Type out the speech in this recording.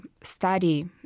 study